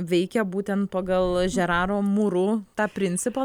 veikia būtent pagal žeraro muru tą principą